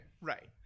Right